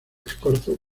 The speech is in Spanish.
escorzo